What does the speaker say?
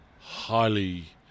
highly